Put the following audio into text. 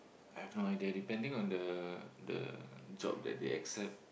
I've no idea depending on the the job that they accept